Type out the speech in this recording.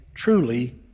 truly